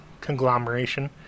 conglomeration